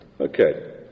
Okay